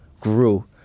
grew